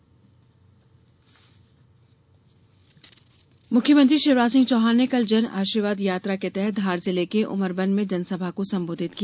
जन आशीर्वाद यात्रा मुख्यमंत्री शिवराज सिंह चौहान ने कल जन आशीर्वाद यात्रा के तहत धार जिले के उमरबन में जनसभा को संबोधित किया